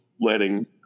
letting